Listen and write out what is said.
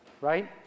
Right